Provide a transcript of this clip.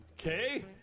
Okay